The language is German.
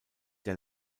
der